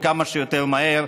וכמה שיותר מהר,